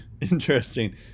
Interesting